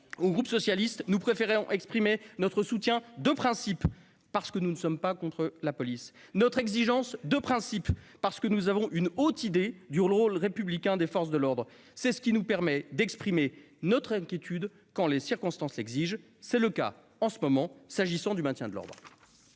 et Républicain, nous préférons exprimer notre soutien de principe, parce que nous ne sommes pas contre la police, et notre exigence de principe, parce que nous avons une haute idée du rôle républicain des forces de l'ordre. Cela nous permet d'exprimer notre inquiétude quand les circonstances l'exigent. C'est le cas en ce moment s'agissant du maintien de l'ordre.